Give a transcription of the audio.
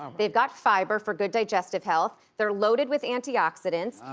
they've got fiber for good digestive health. they're loaded with antioxidants.